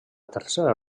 tercera